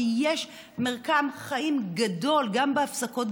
כי יש מרקם חיים גדול גם בהפסקות,